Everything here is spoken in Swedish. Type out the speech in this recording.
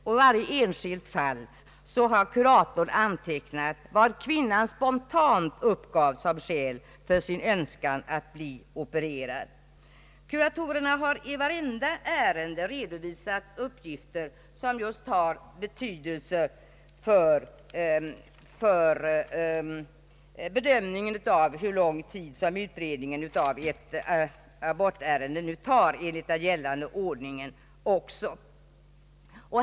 I varje enskilt fall har kuratorn antecknat vad kvinnan spontant uppgav som skäl för sin önskan att bli opererad. Kuratorerna har i varje ärende redovisat uppgifter som har betydelse bl.a. för bedömningen av hur lång tid utredningen av ett abortärende tar enligt den nu gällande ordningen.